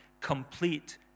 complete